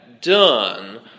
done